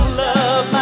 love